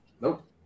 Nope